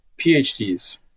PhDs